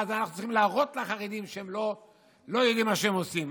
ואז צריכים להראות לחרדים שהם לא יודעים מה שהם עושים.